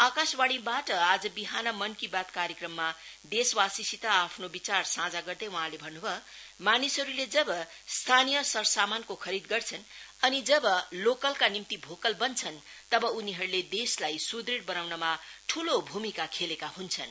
आकाशवाणीबाट आज विहान मनकी बात कार्यक्रममा देशवासीसित आफ्नो विचार साझा गर्दै वहाँले भन्न भयो मानिसहरुले जब स्थानीय सरसामानको खरीद गर्छन् अनि जब लोकलका निम्ति भोकल बन्छन्तब उनीहरुले देशलाई सुद्दढ़ बनाउनमा ठूलो भूमिका खेलेका हुन्छन्